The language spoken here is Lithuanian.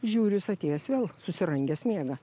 žiūriu jis atėjęs vėl susirangęs miega